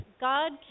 God